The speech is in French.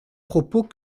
propos